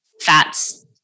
fats